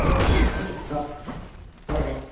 hello ꯏꯇꯥꯎ ꯍꯥꯎ ꯍꯥꯎ